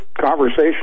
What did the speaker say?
conversation